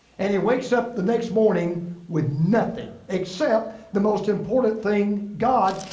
and he wakes up the next morning with nothing except the most important thing, god.